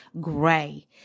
gray